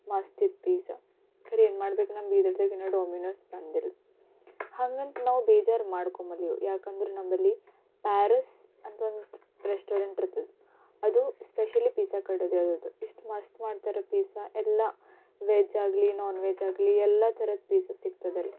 ಮಸ್ತಿತ್ತು pizza ಖರೇ ಏನು ಮಾಡ್ಬೇಕು ನಮ್ಮ ಬೀದರ್ದಾಗ ಇನ್ನು ಡೊಮಿನೋಸ್ ಬಂದಿಲ್ಲ ಹಂಗಂತ ನಾವು ಬೇಜಾರು ಮಾಡ್ಕೊಂಬುದಿಲ್ಲ ಯಾಕಂದ್ರ ನಂಬಲ್ಲಿ ಪ್ಯಾರಿಸ್ ಅಂತ ಒಂದು ರೆಸ್ಟೋರೆಂಟ್ ಇರ್ತದ ಅದು ಸ್ಪೆಷಲಿ ಪಿಝಾ ಕಡೆದೇ ಅದು ಎಷ್ಟು ಮಸ್ತ್ ಮಾಡ್ತಾರೆ ಪಿಝಾ ಎಲ್ಲ ವೆಜ್ಜಾಗಲಿ ನಾನ್ ವೆಜ್ಜಾಗಲಿ ಎಲ್ಲ ಥರದ್ ಪಿಝಾ ಸಿಕ್ತದಲ್ಲಿ